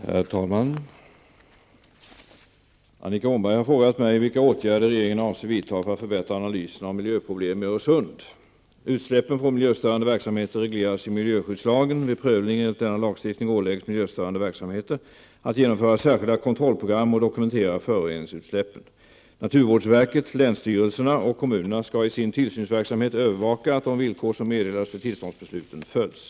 Herr talman! Annika Åhnberg har frågat mig vilka åtgärder regeringen avser vidta för att förbättra analyserna av miljöproblem i Öresund. Utsläppen från miljöstörande verksamheter regleras i miljöskyddslagen. Vid prövning enligt denna lagstiftning åläggs miljöstörande verksamheter att genomföra särskilda kontrollprogram och dokumentera föroreningsutsläppen. Naturvårdsverket, länsstyrelserna och kommunerna skall i sin tillsynsverksamhet övervaka att de villkor som meddelas vid tillståndsbesluten följs.